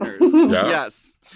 Yes